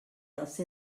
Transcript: else